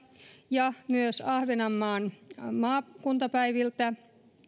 ja ahvenanmaan maakuntapäiviltä